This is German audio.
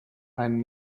einen